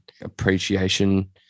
appreciation